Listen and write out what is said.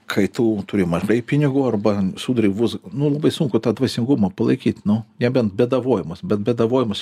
kai tu turi mažai pinigų arba suduri vos nu labai sunku tą dvasingumą palaikyt nu nebent bėdavojimas bet bėdavojimas